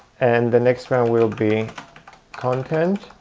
and the next one um will be content,